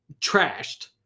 trashed